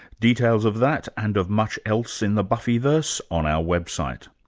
details of that and of much else in the buffyverse on our website.